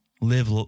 Live